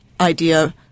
idea